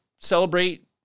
celebrate